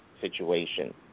situation